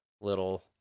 little